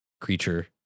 creature